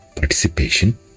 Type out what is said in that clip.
Participation